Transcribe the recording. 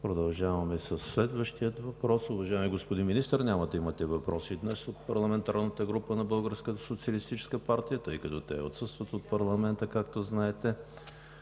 Продължаваме със следващия въпрос. Уважаеми господин Министър, днес няма да имате въпроси от парламентарната група на „БСП за България“, тъй като те отсъстват от парламента, както знаете.